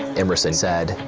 emerson said,